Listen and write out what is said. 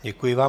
Děkuji vám.